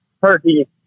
turkey